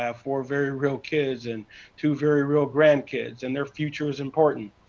therefore very real kids, and two very real grandkids, and their future is important.